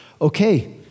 Okay